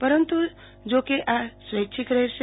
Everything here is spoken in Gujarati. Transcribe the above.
પરંતુ જો કે આ સ્વૈચ્છિક રહેશે